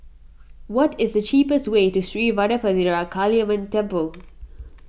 what is the cheapest way to Sri Vadapathira Kaliamman Temple